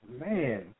Man